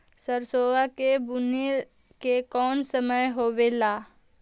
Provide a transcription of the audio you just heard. सरसोबा के बुने के कौन समय होबे ला?